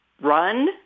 run